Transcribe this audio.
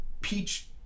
peach